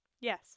Yes